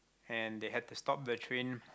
and they had to stop the train